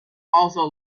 also